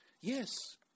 Yes